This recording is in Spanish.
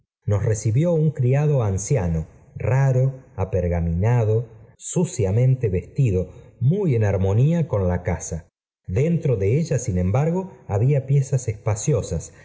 nos recibió un criado anciano raro apergaminado suciamente vestido muy en armonía con la caa dentro de ella bin embargo había piezas espaciosas